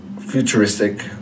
futuristic